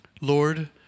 Lord